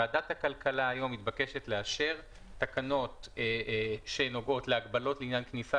ועדת הכלכלה היום מתבקשת לאשר תקנות שנוגעות להגבלות לעניין כניסה